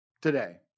today